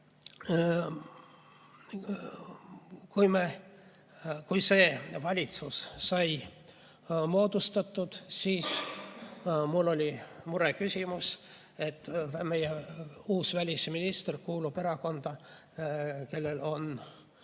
Kui see valitsus sai moodustatud, siis mul oli mureküsimus, et meie uus välisminister kuulub erakonda, kellel on